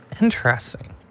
Interesting